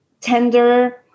tender